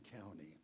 County